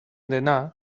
dena